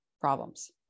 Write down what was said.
problems